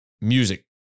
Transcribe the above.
music